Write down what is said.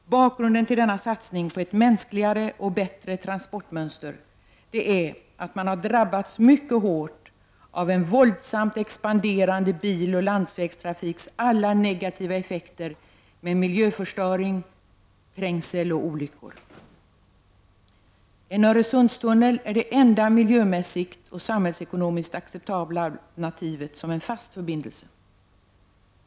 Bakgrunden till denna satsning på ett mänskligare och bättre transportmönster är att vi har drabbats mycket hårt av en våldsamt expanderande biloch landsvägstrafiks alla negativa effekter med miljöförstöring, trängsel och olyckor. En Öresundstunnel är det enda miljömässigt och samhällsekonomiskt acceptabla alternativet som fast förbindelse.